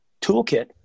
toolkit